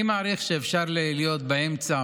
אני מעריך שאפשר להיות באמצע,